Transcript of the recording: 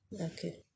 okay